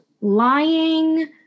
lying